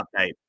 update